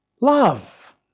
love